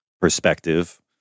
perspective